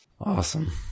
Awesome